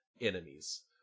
enemies